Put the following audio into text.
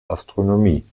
astronomie